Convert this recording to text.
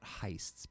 heists